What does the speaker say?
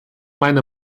meine